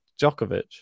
Djokovic